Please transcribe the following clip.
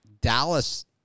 Dallas